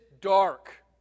dark